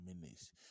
minutes